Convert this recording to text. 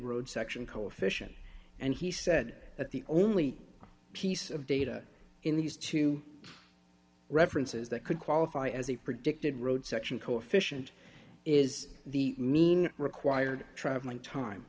road section coefficient and he said that the only piece of data in these two references that could qualify as a predicted road section coefficient is the mean required travelling time